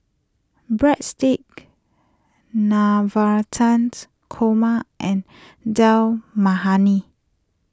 Breadsticks Navratans Korma and Dal Makhani